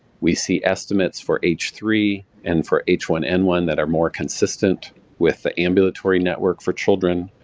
we see estimates for h three and for h one n one that are more consistent with the ambulatory network for children,